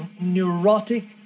neurotic